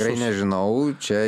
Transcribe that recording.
gerai nežinau čia